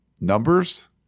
numbers